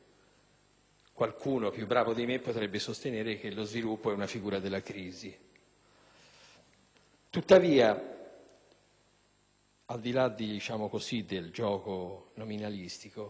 qualcuno più bravo di me potrebbe sostenere che lo sviluppo è una figura della crisi. Tuttavia, al di là del gioco nominalistico,